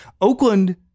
Oakland